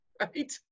Right